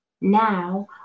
now